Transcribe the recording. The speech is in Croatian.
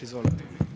Izvolite.